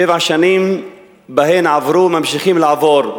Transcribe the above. שבע שנים שבהן עברו, ממשיכים לעבור,